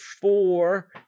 four